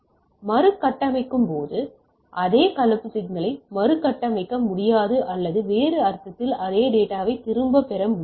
எனவே மறு கட்டமைக்கும் போது அதே கலப்பு சிக்னலை மறுகட்டமைக்க முடியாது அல்லது வேறு அர்த்தத்தில் அதே டேட்டாவை திரும்ப பெற முடியாது